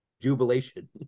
Jubilation